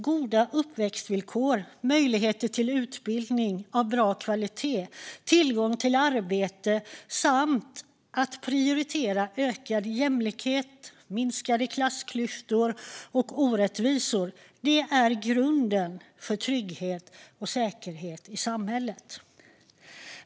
Goda uppväxtvillkor, möjligheter till utbildning av bra kvalitet, tillgång till arbete samt att prioritera ökad jämlikhet, minskade klassklyftor och orättvisor är grunden för trygghet och säkerhet i samhället.